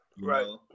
Right